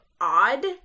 odd